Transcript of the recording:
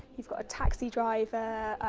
you've got a taxi driver,